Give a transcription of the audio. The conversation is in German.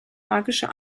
magischen